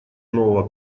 нового